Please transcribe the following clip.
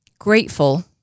grateful